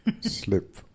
slip